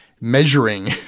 measuring